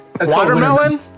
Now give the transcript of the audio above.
Watermelon